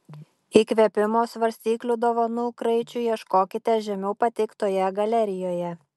įkvėpimo svarstyklių dovanų kraičiui ieškokite žemiau pateiktoje galerijoje